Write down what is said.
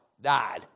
died